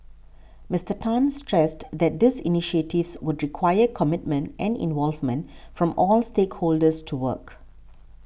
Mister Tan stressed that these initiatives would require commitment and involvement from all stakeholders to work